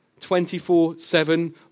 24-7